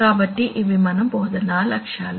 కాబట్టి ఇవి మన బోధనా లక్ష్యాలు